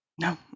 No